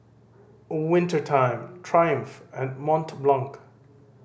Winter Time Triumph and Mont Blanc